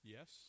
Yes